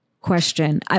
Question